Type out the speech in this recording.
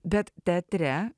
bet teatre